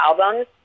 albums